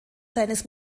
seines